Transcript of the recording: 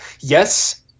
Yes